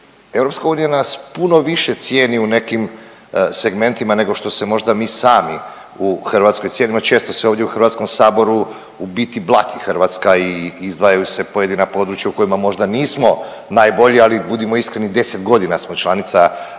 kolega Pavić. EU nas puno više cijeni u nekim segmentima nego što se možda mi sami u Hrvatskoj cijenimo. Često se ovdje u HS-u u biti blati Hrvatska i izdvajaju se pojedina područja u kojima možda nismo najbolji, ali budimo iskreni 10 godina smo članica EU,